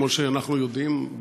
כמו שאנחנו יודעים,